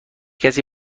کسی